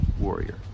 warrior